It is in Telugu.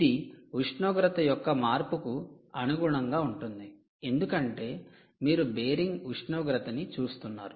ఇది ఉష్ణోగ్రత యొక్క మార్పుకు అనుగుణంగా ఉంటుంది ఎందుకంటే మీరు బేరింగ్ ఉష్ణోగ్రతని చూస్తున్నారు